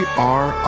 are.